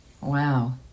Wow